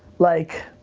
like,